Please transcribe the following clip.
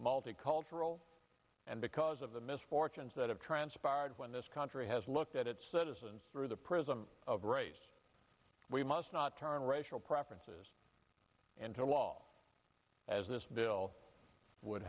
multicultural and because of the misfortunes that have transpired when this country has looked at its citizens through the prism of race we must not turn racial preferences and to law as this bill would